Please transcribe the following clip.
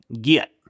get